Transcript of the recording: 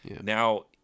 now